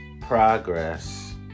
progress